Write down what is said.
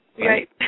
Right